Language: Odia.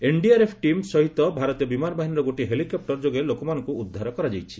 ଏନ୍ଡିଆର୍ଏଫ୍ ଟିମ୍ ସହିତ ଭାରତୀୟ ବିମାନ ବାହିନୀର ଗୋଟିଏ ହେଲିକପୁର ଯୋଗେ ଲୋକମାନଙ୍କୁ ଉଦ୍ଧାର କରାଯାଇଛି